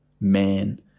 man